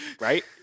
Right